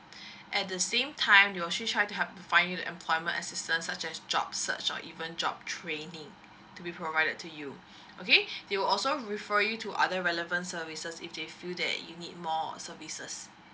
at the same time we're actually try to help to find you an employment assistance such as jobs search or even job training to be provided to you okay they will also refer you to other relevant services if they feel that you need more or services